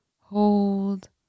Hold